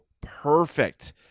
perfect